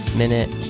minute